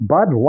Bud